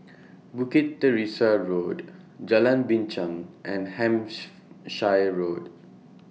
Bukit Teresa Road Jalan Binchang and Hampshire Road